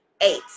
Eight